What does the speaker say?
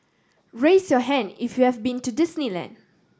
raise your hand if you have been to Disneyland